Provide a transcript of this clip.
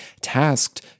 tasked